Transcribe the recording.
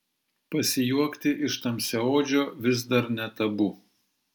pasijuokti iš tamsiaodžio vis dar ne tabu